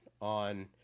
on